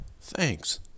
Thanks